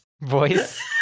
voice